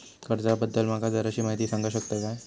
कर्जा बद्दल माका जराशी माहिती सांगा शकता काय?